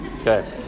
Okay